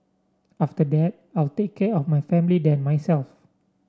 after that I'll take care of my family then myself